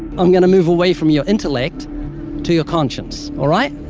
i'm going to move away from your intellect to your conscience, all right?